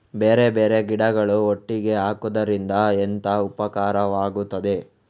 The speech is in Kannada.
ಬೇರೆ ಬೇರೆ ಗಿಡಗಳು ಒಟ್ಟಿಗೆ ಹಾಕುದರಿಂದ ಎಂತ ಉಪಕಾರವಾಗುತ್ತದೆ?